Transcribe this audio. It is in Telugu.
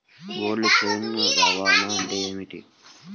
కోల్డ్ చైన్ రవాణా అంటే ఏమిటీ?